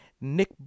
Nick